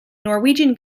norwegian